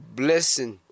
blessing